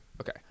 okay